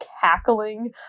cackling